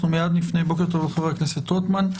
בוקר טוב לחבר הכנסת רוטמן.